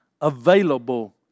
available